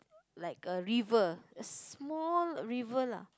like the river a small river lah